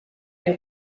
les